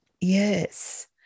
Yes